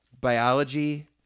biology